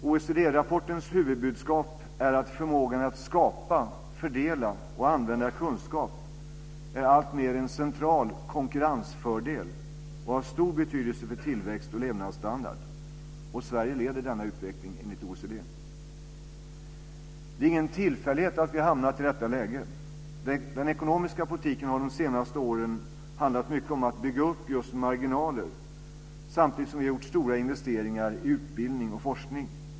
OECD-rapportens huvudbudskap är att förmågan att skapa, fördela och använda kunskap alltmer är en central konkurrensfördel och av stor betydelse för tillväxt och levnadsstandard. Och Sverige leder denna utveckling enligt Det är ingen tillfällighet att vi har hamnat i detta läge. Den ekonomiska politiken har under de senaste åren handlat mycket om att bygga upp marginaler, samtidigt som vi har gjort stora investeringar i utbildning och forskning.